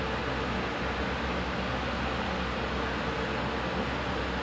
tapi sekarang susah lah because uh COVID ya then banyak orang